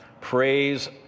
Praise